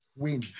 Win